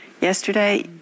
Yesterday